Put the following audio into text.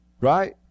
Right